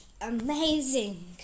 Amazing